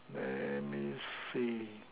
let me see